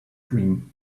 dream